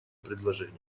предложений